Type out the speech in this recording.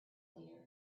leader